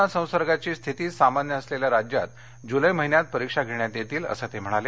corona संसर्गाची स्थिती सामान्य असलेल्या राज्यात जुले महिन्यात परीक्षा घेण्यात येतील असं ते म्हणाले